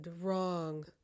wrong